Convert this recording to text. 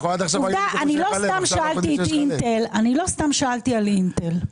לא סתם שאלתי על אינטל.